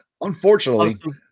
Unfortunately